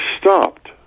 stopped